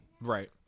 Right